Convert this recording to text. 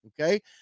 Okay